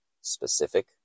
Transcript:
specific